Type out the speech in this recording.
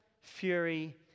fury